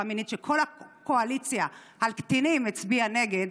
מינית שכל הקואליציה לקטינים הצביעה נגדה,